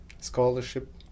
scholarship